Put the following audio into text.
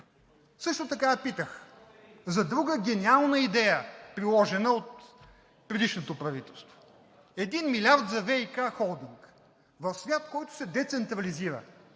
Също така я питах за друга гениална идея, приложена от предишното правителство – 1 милиард за ВиК холдинг в свят, който се децентрализира.